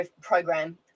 program